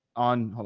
on, hold